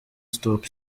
stop